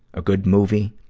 a good movie.